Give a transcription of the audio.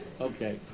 Okay